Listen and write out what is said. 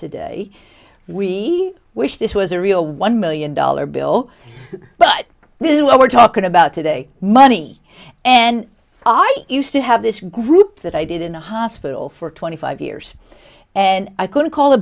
today we wish this was a real one million dollar bill but this is what we're talking about today money and i used to have this group that i did in the hospital for twenty five years and i couldn't call